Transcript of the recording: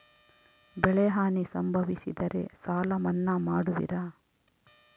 ಬೆಳೆಹಾನಿ ಸಂಭವಿಸಿದರೆ ಸಾಲ ಮನ್ನಾ ಮಾಡುವಿರ?